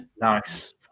Nice